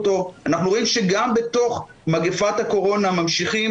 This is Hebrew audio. אנחנו רואים שגם בתוך מגפת הקורונה ממשיכים